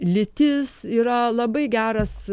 lytis yra labai geras